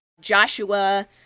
Joshua